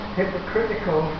hypocritical